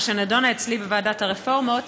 ושנדונה אצלי בוועדת הרפורמות.